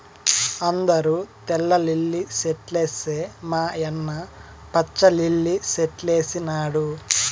అందరూ తెల్ల లిల్లీ సెట్లేస్తే మా యన్న పచ్చ లిల్లి సెట్లేసినాడు